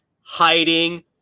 Hiding